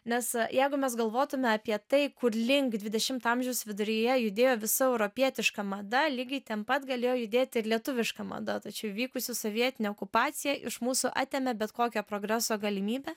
nes jeigu mes galvotume apie tai kurlink į dvidešimto amžiaus viduryje judėjo visa europietiška mada lygiai ten pat galėjo judėti ir lietuviška mada tačiau įvykusi sovietinė okupacija iš mūsų atėmė bet kokią progreso galimybę